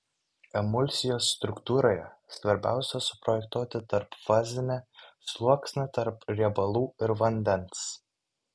emulsijos struktūroje svarbiausia suprojektuoti tarpfazinį sluoksnį tarp riebalų ir vandens